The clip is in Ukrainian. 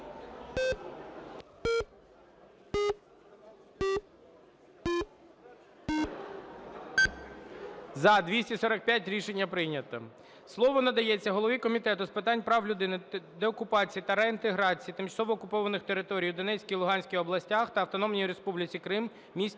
За-245 Рішення прийнято. Слово надається голові Комітету з питань прав людини, деокупації та реінтеграції тимчасово окупованих територій у Донецькій, Луганській областях та Автономної Республіки Крим, міста